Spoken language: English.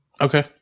Okay